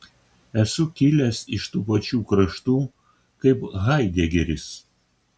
esu kilęs iš tų pačių kraštų kaip haidegeris